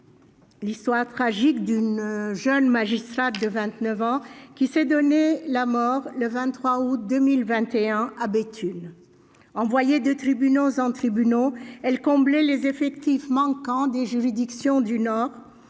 l'histoire tragique d'une jeune magistrate de 29 ans qui s'est donné la mort le 23 août 2021 à Béthune. Envoyée de tribunal en tribunal, elle comblait les effectifs manquants des juridictions du Nord.